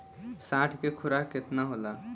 साँढ़ के खुराक केतना होला?